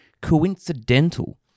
coincidental